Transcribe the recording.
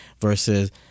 versus